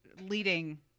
leading